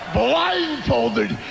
blindfolded